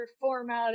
format